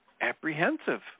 apprehensive